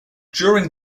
during